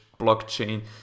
blockchain